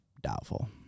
doubtful